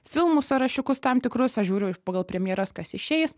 filmų sąrašiukus tam tikrus aš žiūriu iš pagal premjeras kas išeis